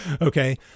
okay